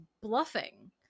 bluffing